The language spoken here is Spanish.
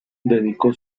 dedicó